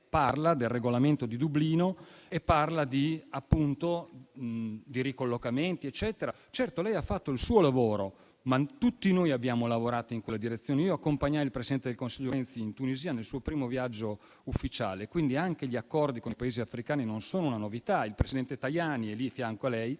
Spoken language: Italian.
parla del Regolamento di Dublino e di ricollocamenti. Certo, lei ha fatto il suo lavoro, ma tutti noi abbiamo lavorato in quella direzione. Io accompagnai l'allora presidente del Consiglio Renzi in Tunisia nel suo primo viaggio ufficiale, quindi anche gli accordi con i Paesi africani non sono una novità. L'allora presidente del Parlamento